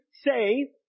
say